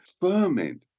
ferment